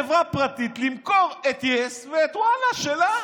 חברה פרטית, למכור את יס ואת וואלה, שלה.